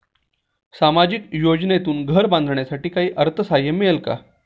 सामाजिक योजनेतून घर बांधण्यासाठी काही अर्थसहाय्य मिळेल का?